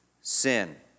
sin